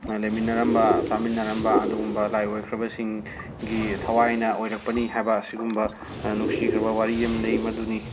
ꯂꯩꯃꯤꯟꯅꯔꯝꯕ ꯆꯥꯃꯤꯟꯅꯔꯕ ꯑꯗꯨꯒꯨꯝꯕ ꯂꯥꯏ ꯑꯣꯏꯈ꯭ꯔꯕꯁꯤꯡꯒꯤ ꯊꯋꯥꯏꯅ ꯑꯣꯏꯔꯛꯄꯅꯤ ꯍꯥꯏꯕ ꯁꯤꯒꯨꯝꯕ ꯅꯨꯡꯁꯤꯈ꯭ꯔꯕ ꯋꯥꯔꯤ ꯑꯃ ꯂꯩ ꯃꯗꯨꯅꯤ